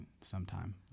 sometime